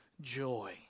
joy